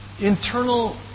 internal